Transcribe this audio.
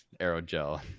aerogel